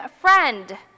Friend